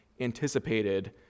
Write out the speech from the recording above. anticipated